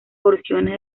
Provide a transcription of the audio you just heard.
porciones